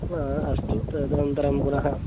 अस्तु तदनन्तरं पुनः